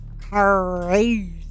Crazy